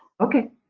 Okay